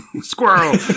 squirrel